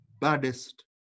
baddest